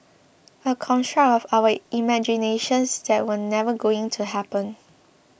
a construct of our imaginations that was never going to happen